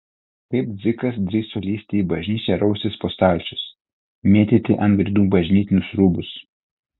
kaip dzikas drįso lįsti į bažnyčią raustis po stalčius mėtyti ant grindų bažnytinius rūbus